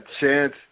chance